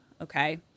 okay